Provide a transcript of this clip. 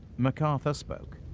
macarthur spoke.